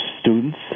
students